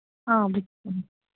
book చేయండి